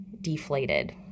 deflated